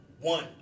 one